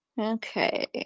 Okay